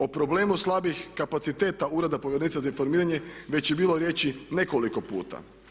O problemu slabih kapaciteta Ureda povjerenice za informiranje već je bilo riječi nekoliko puta.